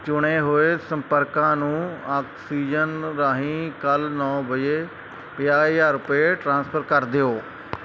ਚੁਣੇ ਹੋਏ ਸੰਪਰਕਾਂ ਨੂੰ ਆਕਸੀਜਨ ਰਾਹੀਂ ਕੱਲ੍ਹ ਨੌਂ ਵਜੇ ਪੰਜਾਹ ਹਜ਼ਾਰ ਰੁਪਏ ਟ੍ਰਾਂਸਫਰ ਕਰ ਦਿਓ